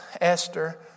Esther